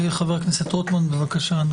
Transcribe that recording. חבר הכנסת רוטמן, בבקשה.